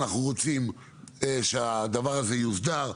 אנחנו רוצים שהדבר הזה יוסדר,